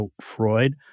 Freud